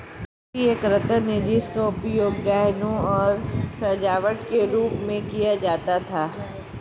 मोती एक रत्न है जिसका उपयोग गहनों और सजावट के रूप में किया जाता था